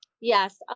Yes